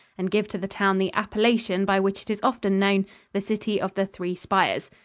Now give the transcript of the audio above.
and give to the town the appellation by which it is often known the city of the three spires.